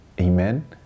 Amen